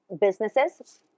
businesses